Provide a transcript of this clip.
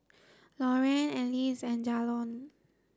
Lorraine Alyce and Jalon